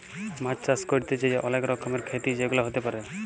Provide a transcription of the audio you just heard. মাছ চাষ ক্যরতে যাঁয়ে অলেক রকমের খ্যতি যেগুলা হ্যতে পারে